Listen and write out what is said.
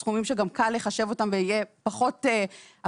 אלה סכומים שגם קל לחשב אותם ויהיה פחות מורכב